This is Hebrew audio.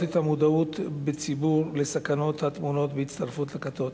את המודעות בציבור לסכנות הטמונות בהצטרפות לכתות.